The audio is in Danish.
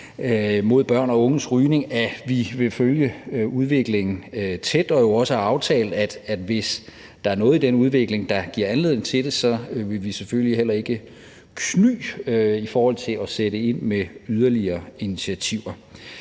mod børn og unges rygning, at vi vil følge udviklingen tæt, og jo også har aftalt, at hvis der er noget i den udvikling, der giver anledning til det, så vil vi selvfølgelig heller ikke kny i forhold til at sætte ind med yderligere initiativer.